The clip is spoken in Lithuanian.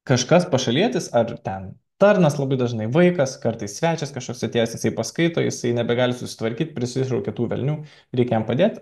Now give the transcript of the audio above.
kažkas pašalietis ar ten tarnas labai dažnai vaikas kartais svečias kažkas atėjęs jisai paskaito jisai nebegali susitvarkyt prisišaukia tų velnių reikia jam padėt